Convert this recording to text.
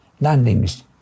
landings